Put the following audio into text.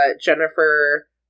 Jennifer